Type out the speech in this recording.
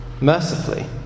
Mercifully